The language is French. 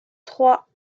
trois